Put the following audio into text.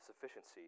sufficiency